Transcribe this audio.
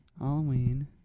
Halloween